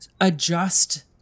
adjust